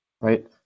right